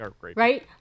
Right